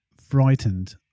frightened